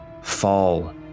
fall